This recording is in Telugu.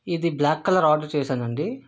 ఇది బ్లాక్ కలర్ ఆర్డర్ చేసాను అండి